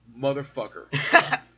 motherfucker